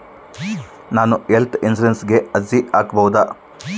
ನಾನು ಹೆಲ್ತ್ ಇನ್ಶೂರೆನ್ಸಿಗೆ ಅರ್ಜಿ ಹಾಕಬಹುದಾ?